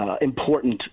important